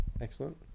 Excellent